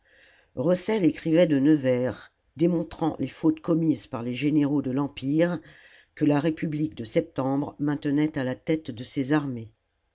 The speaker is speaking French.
rossel écrivait de nevers démontrant les fautes commises par les généraux de l'empire que la république de septembre maintenait à la tête de ses armées